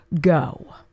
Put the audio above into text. go